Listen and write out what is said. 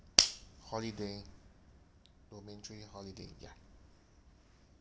holiday domain three holiday ya